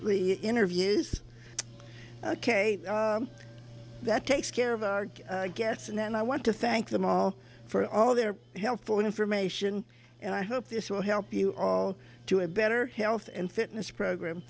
the interview is ok that takes care of our guests and then i want to thank them all for all their helpful information and i hope this will help you all to a better health and fitness program